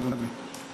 אדוני.